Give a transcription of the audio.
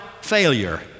failure